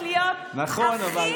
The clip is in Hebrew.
יואב,